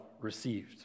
received